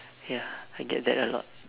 ya I get that a lot